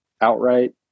outright